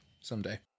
Someday